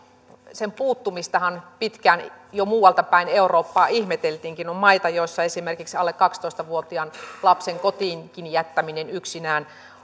sen puuttumistahan pitkään jo muualta päin eurooppaa ihmeteltiinkin on maita joissa esimerkiksi alle kaksitoista vuotiaan lapsen kotiin jättäminen yksinään